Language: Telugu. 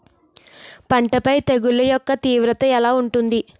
పంట పైన తెగుళ్లు యెక్క తీవ్రత ఎలా ఉంటుంది